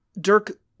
Dirk